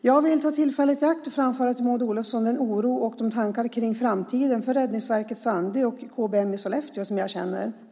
Jag vill ta tillfället i akt att framföra till Maud Olofsson den oro jag känner och de tankar kring framtiden för Räddningsverket i Sandö och KBM i Sollefteå jag har.